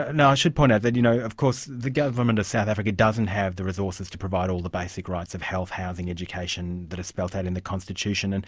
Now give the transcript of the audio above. ah now i should point out that you know of course the government of south africa doesn't have the resources to provide all the basic rights of health, housing, education that is spelt out in the constitution, and